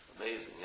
amazing